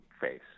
face